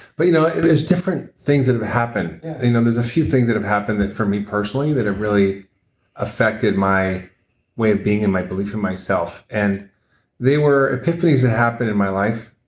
but you know there's different things that have happened yeah um there's a few things that have happened that for me personally that have really effected my way of being and my belief in myself. and they were epiphanies that happened in my life,